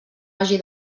hagi